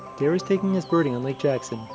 dara's taking us birding on lake jackson,